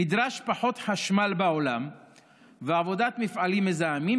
נדרש פחות חשמל בעולם ועבודת מפעלים מזהמים,